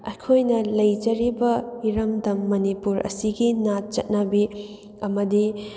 ꯑꯩꯈꯣꯏꯅ ꯂꯩꯖꯔꯤꯕ ꯏꯔꯝꯗꯝ ꯃꯅꯤꯄꯨꯔ ꯑꯁꯤꯒꯤ ꯅꯥꯠ ꯆꯠꯅꯕꯤ ꯑꯃꯗꯤ